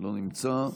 לא נמצא,